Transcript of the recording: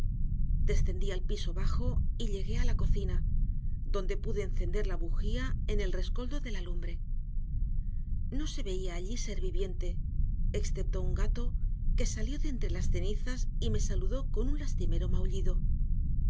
descendí al piso bajo y llegué a la cocina donde pude encender la bujía en el rescoldo de la lumbre no se veía allí ser viviente excepto un gato que salió de entre las cenizas y me saludó con un lastimero maullido